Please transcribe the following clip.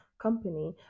Company